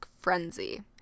frenzy